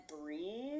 breathe